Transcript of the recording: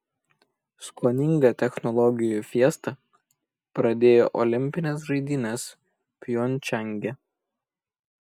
skoninga technologijų fiesta pradėjo olimpines žaidynes pjongčange